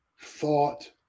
thought